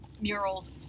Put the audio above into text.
murals